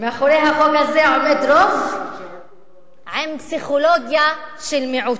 מאחורי החוק הזה עומד רוב עם פסיכולוגיה של מיעוט.